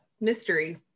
mystery